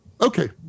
Okay